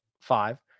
five